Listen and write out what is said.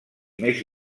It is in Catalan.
més